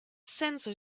sensor